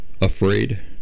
afraid